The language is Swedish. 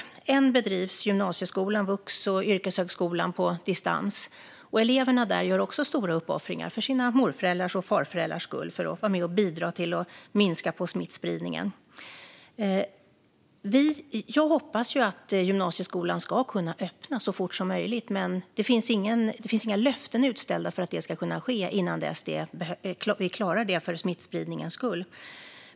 Fortfarande bedrivs undervisningen i gymnasieskolan, vux och yrkeshögskolan på distans, och eleverna där gör också stora uppoffringar för sina mor och farföräldrars skull och för att vara med och bidra till att minska smittspridningen. Jag hoppas att gymnasieskolan ska kunna öppna så snart som möjligt, men det finns inga löften om att det ska kunna ske innan vi klarar det med tanke på smittspridningen.